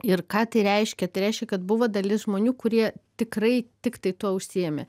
ir ką tai reiškia tai reiškia kad buvo dalis žmonių kurie tikrai tiktai tuo užsiėmę